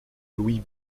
louis